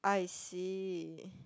I see